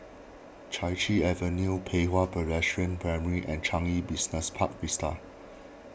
Chai Chee Avenue Pei Hwa Presbyterian Primary and Changi Business Park Vista